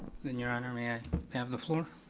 then your honor, may i have the floor?